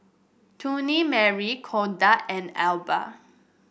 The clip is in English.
Chutney Mary Kodak and Alba